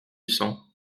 cent